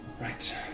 right